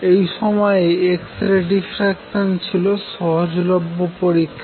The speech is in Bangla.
ওই সময় x রে ডিফ্রাকশান ছিল সহজলভ্য পরীক্ষা